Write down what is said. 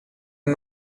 and